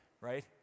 Right